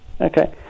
Okay